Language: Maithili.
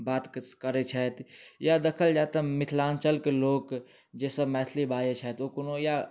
बात करैत छथि या देखल जाए तऽ मिथलाञ्चलके लोक जे सब मैथली बाजैत छथि ओ कोनो या